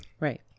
right